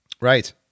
right